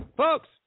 Folks